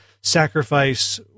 sacrifice